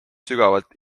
sügavalt